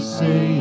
say